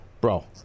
bro